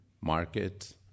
market